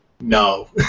no